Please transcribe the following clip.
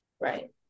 right